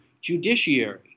judiciary